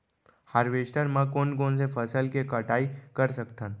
Harvester म कोन कोन से फसल के कटाई कर सकथन?